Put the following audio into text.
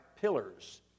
pillars